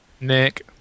Nick